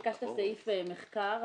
ביקשת סעיף מחקר,